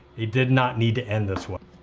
he did not need to end this way.